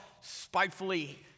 spitefully